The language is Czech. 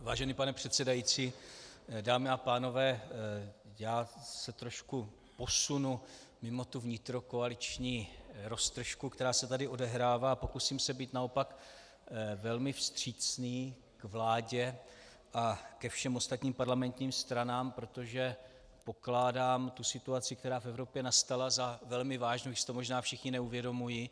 Vážený pane předsedající, dámy a pánové, trošku se posunu mimo tu vnitrokoaliční roztržku, která se tady odehrává, a pokusím se být naopak velmi vstřícný k vládě a ke všem ostatním parlamentním stranám, protože pokládám situaci, která v Evropě nastala, za velmi vážnou, i když si to možná všichni neuvědomují.